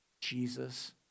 Jesus